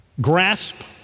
grasp